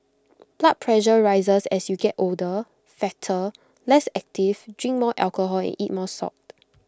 blood pressure rises as you get older fatter less active drink more alcohol and eat more salt